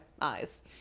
eyes